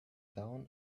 down